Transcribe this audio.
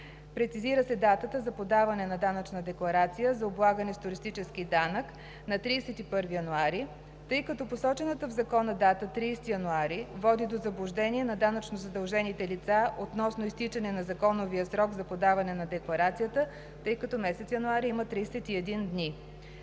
Прецизира се датата за подаване на данъчна декларация за облагане с туристически данък на 31 януари, тъй като посочената в Закона дата 30 януари води до заблуждение на данъчно задължените лица относно изтичане на законовия срок за подаване на декларацията, тъй като месец януари има 31 дни.